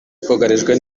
twugarijwe